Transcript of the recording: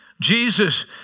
Jesus